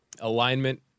alignment